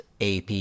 AP